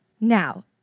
Now